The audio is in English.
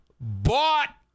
Bought